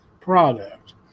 product